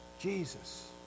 Jesus